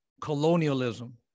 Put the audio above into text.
colonialism